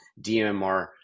DMR